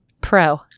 Pro